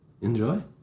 enjoy